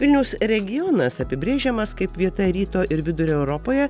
vilniaus regionas apibrėžiamas kaip vieta ryto ir vidurio europoje